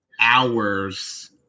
hours